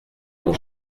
dont